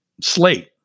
slate